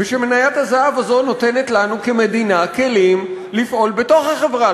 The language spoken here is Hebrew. ושמניית הזהב הזאת הזו נותנת לנו כמדינה כלים לפעול בתוך החברה,